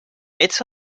ets